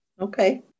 Okay